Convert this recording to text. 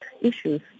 issues